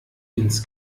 ins